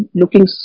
looking